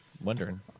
wondering